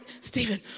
Stephen